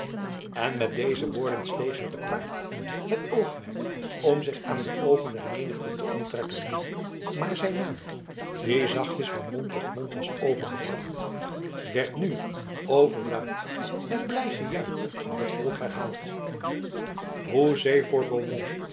en met deze woorden steeg hij te paard met oogmerk om zich aan de oogen der menigte te onttrekken maar zijn naam die eerst zachtjes van mond tot mond was overgebracht werd nu overluid met blij gejuich door het volk herhaald hoezee voor